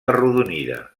arrodonida